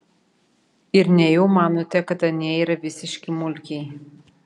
ir nejau manote kad anie yra visiški mulkiai